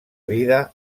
vida